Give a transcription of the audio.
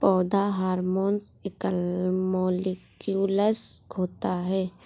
पौधा हार्मोन एकल मौलिक्यूलस होता है